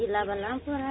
जिला बलरामपुर है